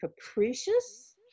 capricious